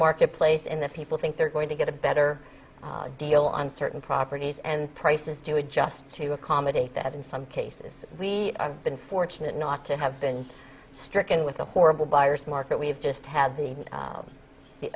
market place in that people think they're going to get a better deal on certain properties and prices do adjust to accommodate that in some cases we have been fortunate not to have been stricken with the horrible buyer's market we've just had the